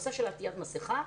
הנושא של עטיית מסיכה,